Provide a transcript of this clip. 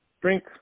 drink